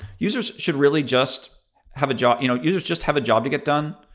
users should really just have a job you know, users just have a job to get done.